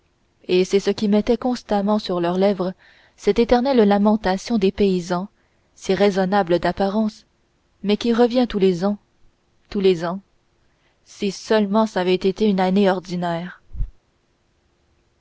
et c'est ce qui mettait constamment sur leurs lèvres cette éternelle lamentation des paysans si raisonnable d'apparence mais qui revient tous les ans tous les ans si seulement ç'avait été une année ordinaire